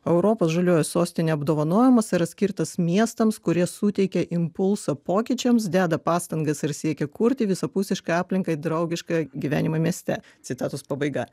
europos žalioji sostinė apdovanojimas yra skirtas miestams kurie suteikia impulsą pokyčiams deda pastangas ir siekia kurti visapusiškai aplinkai draugišką gyvenimą mieste citatos pabaiga